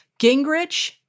Gingrich